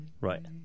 Right